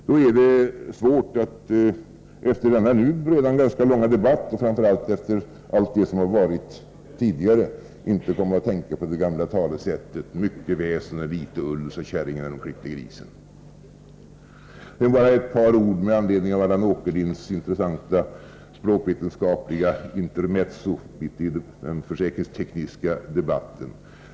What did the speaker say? Det är svårt, inte minst efter den här ganska långa debatten och efter allt som sagts tidigare, att inte tänka på det gamla talesättet: Mycket väsen och litet ull, sa käringen som klippte suggan. Herr talman! Det var bara några ord med anledning av Allan Åkerlinds intressanta språkvetenskapliga intermezzo mitt i den försäkringstekniska debatten.